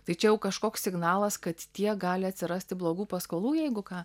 tai čia jau kažkoks signalas kad tiek gali atsirasti blogų paskolų jeigu ką